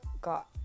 got